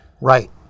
Right